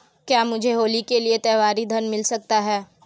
क्या मुझे होली के लिए त्यौहारी ऋण मिल सकता है?